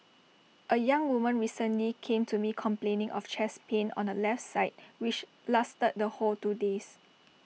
A young woman recently came to me complaining of chest pain on the left side which lasted the whole two days